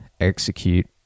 execute